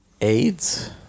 AIDS